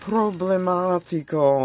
Problematico